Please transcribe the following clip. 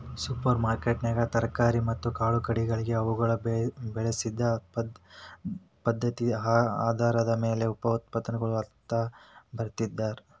super ಮಾರ್ಕೆಟ್ನ್ಯಾಗ ತರಕಾರಿ ಮತ್ತ ಕಾಳುಕಡಿಗಳಿಗೆ ಅವುಗಳನ್ನ ಬೆಳಿಸಿದ ಪದ್ಧತಿಆಧಾರದ ಮ್ಯಾಲೆ ಉತ್ಪನ್ನಗಳು ಅಂತ ಬರ್ದಿರ್ತಾರ